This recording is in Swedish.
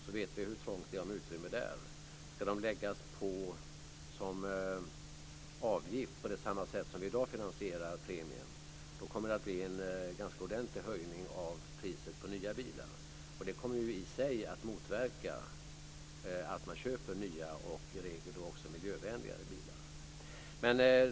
Om kostnaderna ska läggas på som avgifter, på samma sätt som vi i dag finansierar premien, kommer det att innebära en ordentlig höjning av priset på nya bilar. Det kommer i sig att motverka att man köper nya, och i regel då också miljövänligare, bilar.